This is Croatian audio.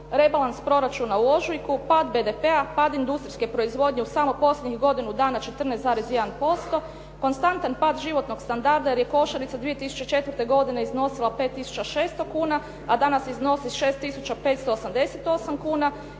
rebalans proračuna u ožujku, pad BDP-a, pad industrijske proizvodnje u samo posljednjih godina 14,1%, konstantan pad životnog standarda jer je košarica 2004. godine iznosila 5 600 kuna, a danas iznosi 6 588 kuna.